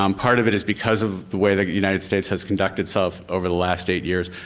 um part of it is because of the way that united states has conducted itself over the last eight years.